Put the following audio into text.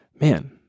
man